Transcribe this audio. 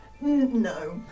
No